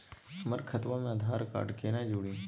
हमर खतवा मे आधार कार्ड केना जुड़ी?